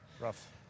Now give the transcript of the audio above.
rough